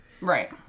Right